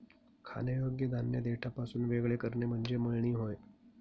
खाण्यायोग्य धान्य देठापासून वेगळे करणे म्हणजे मळणी होय